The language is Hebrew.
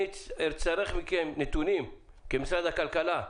אני אצטרך מכם נתונים כמשרד הכלכלה,